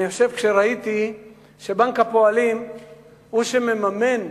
כשראיתי שבנק הפועלים הוא שמממן,